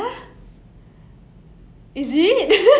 好像我们 same school 的那个人是吗